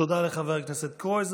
תודה לחבר הכנסת קרויזר.